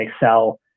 excel